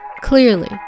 Clearly